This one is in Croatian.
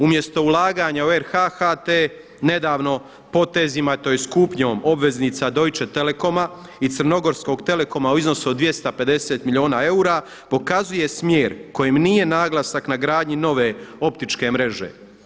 Umjesto ulaganja u RH HT nedavno potezima tj. kupnjom obveznica Deutsche Telekoma i crnogorskog telekoma u iznosu od 250 milijuna eura pokazuje smjer kojim nije naglasak na gradnji nove optičke mreže.